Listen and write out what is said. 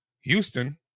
Houston